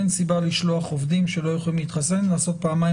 אין סיבה לשלוח עובדים שלא יכולים להתחסן לעשות פעמיים